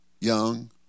young